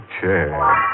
chair